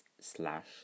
slash